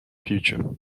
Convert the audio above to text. future